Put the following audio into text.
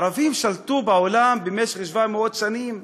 הערבים שלטו בעולם במשך 700 שנים.